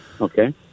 Okay